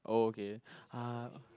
oh okay uh